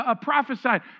prophesied